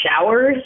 showers